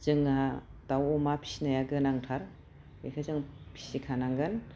जोंहा दाउ अमा फिसिनाया गोनांथार बेखौ जों फिसिखानांगोन